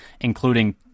including